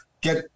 get